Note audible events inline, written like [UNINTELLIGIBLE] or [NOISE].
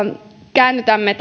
käännytämme [UNINTELLIGIBLE]